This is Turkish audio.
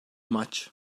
maç